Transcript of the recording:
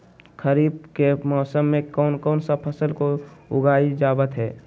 खरीफ के मौसम में कौन कौन सा फसल को उगाई जावत हैं?